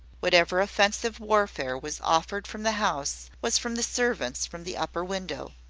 whatever offensive warfare was offered from the house was from the servants, from the upper window.